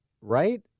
right